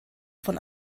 von